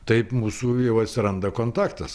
taip mūsų jau atsiranda kontaktas